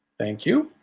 thank you.